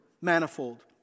manifold